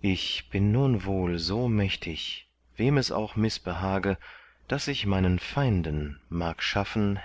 ich bin nun wohl so mächtig wem es auch mißbehage daß ich meinen feinden mag schaffen